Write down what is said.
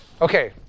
Okay